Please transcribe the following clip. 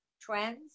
trends